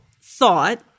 thought